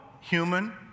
human